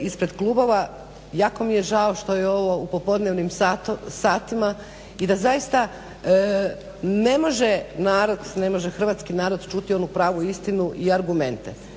ispred klubova jako mi je žao što je ovo u popodnevnim satima i da zaista ne može narod, ne može hrvatski narod čuti onu pravu istinu i argumente.